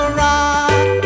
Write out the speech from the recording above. rock